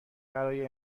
برای